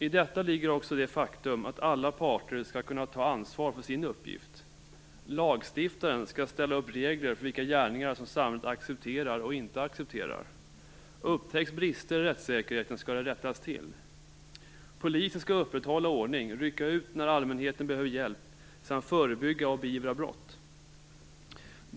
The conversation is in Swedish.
I detta ligger också det faktum att alla parter skall kunna ta ansvar för sin uppgift. Lagstiftaren skall upprätta regler för vilka gärningar som samhället accepterar respektive inte accepterar. Upptäcks brister i rättssäkerheten, skall de rättas till. Polisen skall upprätthålla ordning, rycka ut när allmänheten behöver hjälp samt förebygga och beivra brott.